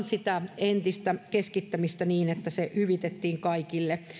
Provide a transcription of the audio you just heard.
sitä entistä keskittämistä perutaan niin että se hyvitetään kaikille